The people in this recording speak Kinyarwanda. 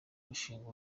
gushinga